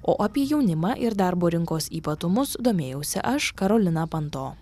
o apie jaunimą ir darbo rinkos ypatumus domėjausi aš karolina panto